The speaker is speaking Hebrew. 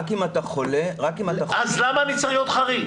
רק אם אתה חולה -- אז למה אני צריך להיות חריג?